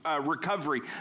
recovery